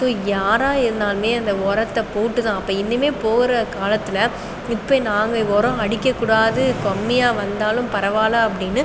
so யாராக இருந்தாலுமே அந்த உரத்த போட்டு தான் அப்போது இனிமேல் போகிற காலத்தில் இப்போ நாங்கள் உரம் அடிக்கக் கூடாது கம்மியாக வந்தாலும் பரவாலை அப்படின்னு